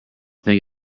think